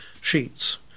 sheets